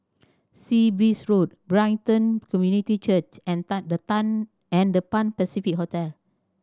Sea Breeze Road Brighton Community Church and Tan The Tan and The Pan Pacific Hotel